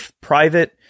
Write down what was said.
private